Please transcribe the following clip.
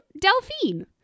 Delphine